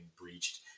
breached